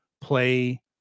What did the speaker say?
play